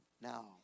Now